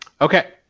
Okay